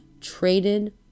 traded